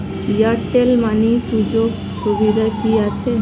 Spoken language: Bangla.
এয়ারটেল মানি সুযোগ সুবিধা কি আছে?